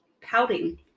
pouting